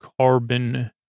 carbon